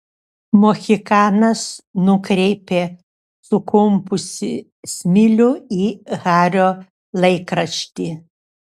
mohikanas nukreipė sukumpusį smilių į hario laikraštį